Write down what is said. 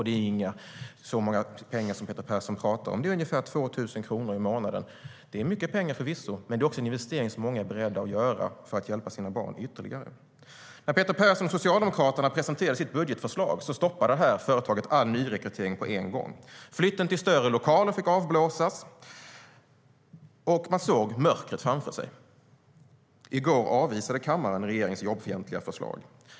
Det är inte heller så mycket pengar som Peter Persson talar om, utan det är ungefär 2 000 kronor i månaden. Det är mycket pengar, förvisso, men det är också en investering många är beredda att göra för att hjälpa sina barn ytterligare. När Peter Persson och Socialdemokraterna presenterade sitt budgetförslag stoppade det här läxhjälpsföretaget all nyrekrytering på en gång. Flytten till större lokaler fick avblåsas, och man såg mörkret framför sig. I går avvisade kammaren regeringens jobbfientliga förslag.